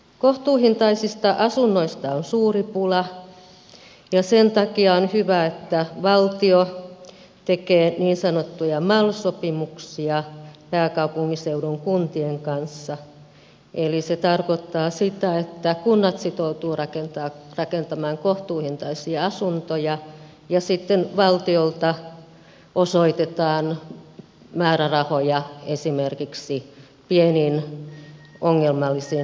kohtuuhintaisista asunnoista on suuri pula ja sen takia on hyvä että valtio tekee niin sanottuja mal sopimuksia pääkaupunkiseudun kuntien kanssa eli se tarkoittaa sitä että kunnat sitoutuvat rakentamaan kohtuuhintaisia asuntoja ja sitten valtiolta osoitetaan määrärahoja esimerkiksi pieniin ongelmallisiin liikennehankkeisiin